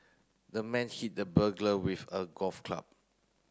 the man hit the burglar with a golf club